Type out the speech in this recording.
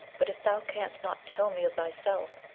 but if thou canst not tell me of thyself,